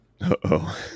Uh-oh